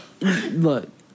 Look